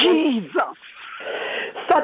Jesus